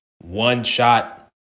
one-shot